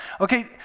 okay